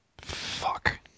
Fuck